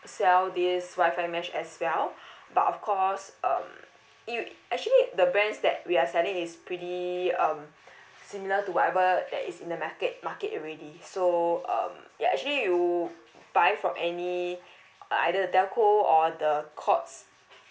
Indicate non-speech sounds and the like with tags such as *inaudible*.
sell this wi-fi mesh as well *breath* but of course um it actually the brands that we are selling is pretty um *breath* similar to whatever that is in the market already so um ya actually you buy from any uh either the telco or the courts